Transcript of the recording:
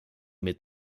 mit